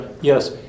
yes